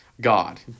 God